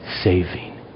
saving